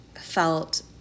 felt